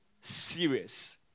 Serious